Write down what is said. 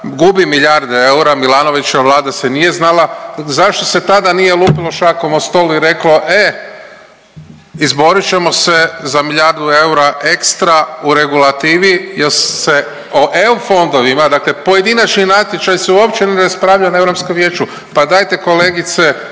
gubi milijarde eura, Milanovićeva Vlada se nije znala, zašto se tada nije lupilo šakom o stol i reklo e izborit ćemo se za milijardu eura ekstra u regulativi jer se o EU fondovima, dakle pojedinačni natječaji se uopće ne raspravljaju na Europskom vijeću, pa dajte kolegice